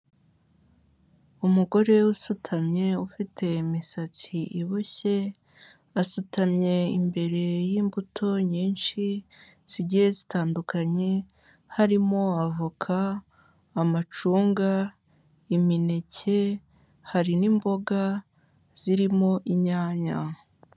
Umugore usutamye ufite imisatsi iboshye, asutamye imbere y'imbuto nyinshi zigiye zitandukanye, harimo: avoka, amacunga, imineke, hari n'imboga zirimo inyanya.